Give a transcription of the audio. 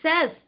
says